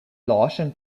larson